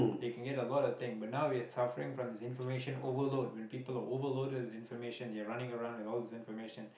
they can get a lot of thing but now we are suffering from this information overload when people are overload with information you're running around with all this information